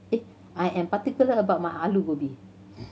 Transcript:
I am particular about my Alu Gobi